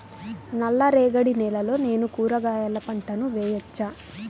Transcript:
నల్ల రేగడి నేలలో నేను కూరగాయల పంటను వేయచ్చా?